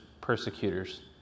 persecutors